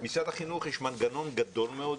למשרד החינוך יש מנגנון גדול מאוד,